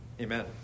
Amen